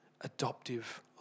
adoptive